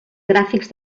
gràfics